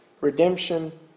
redemption